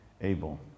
Abel